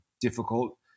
difficult